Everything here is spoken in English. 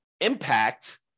impact